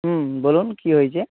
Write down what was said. হুম বলুন কী হয়েছে